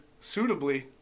suitably